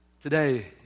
Today